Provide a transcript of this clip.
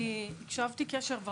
אני הקשבתי בקשב רב.